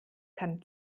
kann